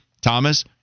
Thomas